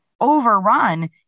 overrun